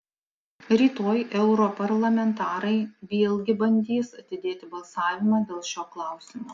rytoj europarlamentarai vėlgi bandys atidėti balsavimą dėl šio klausimo